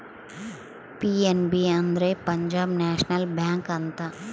PNB ಅಂದ್ರೆ Punjab national bank ಅಂತ